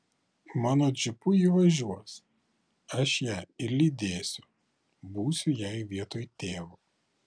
mano džipu ji važiuos aš ją ir lydėsiu būsiu jai vietoj tėvo